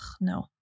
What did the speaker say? no